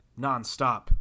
nonstop